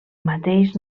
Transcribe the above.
mateix